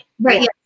right